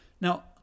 Now